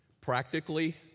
Practically